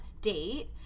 date